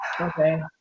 Okay